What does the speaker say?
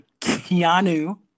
Keanu